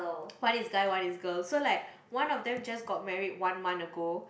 one is guy one is girl so like one of them just got married one month ago